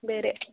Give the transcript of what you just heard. ಬೇರೆ